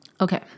Okay